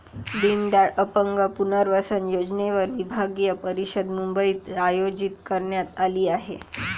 दीनदयाल अपंग पुनर्वसन योजनेवर विभागीय परिषद मुंबईत आयोजित करण्यात आली आहे